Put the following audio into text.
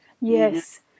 Yes